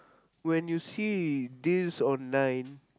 when you see this online